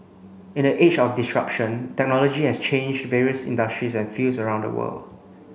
in the age of disruption technology has changed various industries and fields around the world